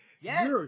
Yes